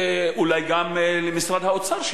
אולי גם למשרד האוצר,